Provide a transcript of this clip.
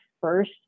first